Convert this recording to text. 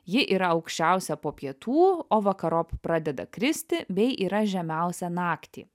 ji yra aukščiausia po pietų o vakarop pradeda kristi bei yra žemiausia naktį